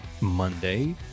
Monday